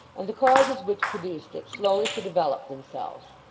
and the causes which produced it slowly to develop themselves.